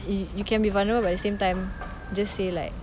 you you can be vulnerable but at the same time just say like